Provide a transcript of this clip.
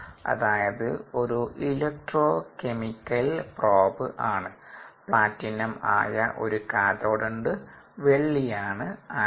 അതായത് ഒരു electrochemical probe ആണ് പ്ലാറ്റിനം ആയ ഒരു കാഥോഡ് ഉണ്ട് വെള്ളിയാണ് ആനോഡ്